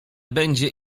będzie